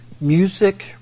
music